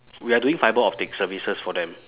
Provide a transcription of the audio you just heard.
we are doing fibre optic services for them